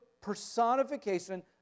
personification